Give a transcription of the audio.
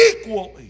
equally